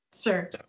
Sure